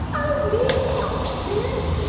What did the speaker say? oh mim! oh sir.